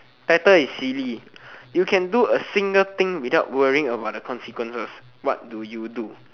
title is silly you can do a single thing without worrying about the consequences what do you do